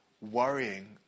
worrying